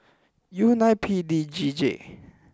U nine P D G J